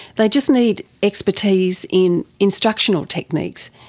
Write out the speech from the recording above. they just need expertise in instructional techniques.